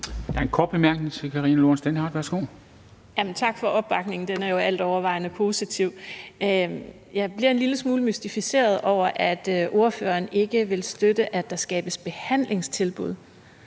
Dehnhardt. Værsgo. Kl. 11:09 Karina Lorentzen Dehnhardt (SF): Tak for opbakningen. Den er jo altovervejende positiv. Jeg bliver en lille smule mystificeret over, at ordføreren ikke vil støtte, at der skabes behandlingstilbud.